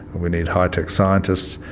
we need high tech scientists,